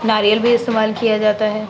ناریل بھی استعمال کیا جاتا ہے